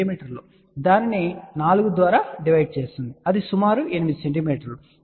మీ దానిని 4 ద్వారా డివైడ్ చేస్తుంది అది సుమారు 8 cm